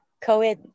co-ed